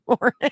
morning